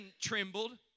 trembled